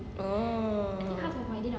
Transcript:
oh